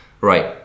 right